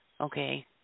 Okay